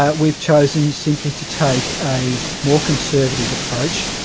ah we've chosen simply to take a more conservative approach.